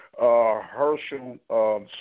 Herschel